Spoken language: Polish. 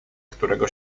którego